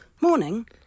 Morning